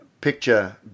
picture